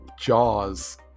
Jaws